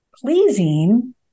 Pleasing